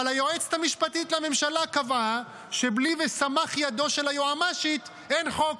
אבל היועצת המשפטית לממשלה קבעה שבלי "וסמך ידו" של היועמ"שית אין חוק.